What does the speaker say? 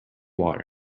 water